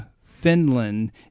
Finland